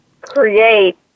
create